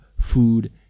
food